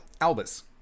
Albus